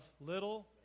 little